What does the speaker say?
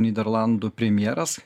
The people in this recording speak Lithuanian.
nyderlandų premjeras